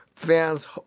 Fans